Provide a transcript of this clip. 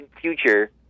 future